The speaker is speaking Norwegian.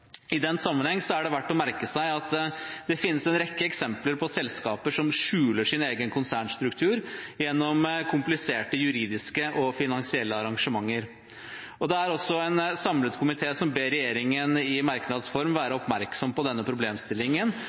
I den sammenheng er det verdt å merke seg at det finnes en rekke eksempler på selskaper som skjuler sin egen konsernstruktur gjennom kompliserte juridiske og finansielle arrangementer. Det er en samlet komité som ber regjeringen i merknads form være oppmerksom på denne problemstillingen